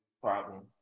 problem